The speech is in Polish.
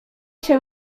się